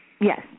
yes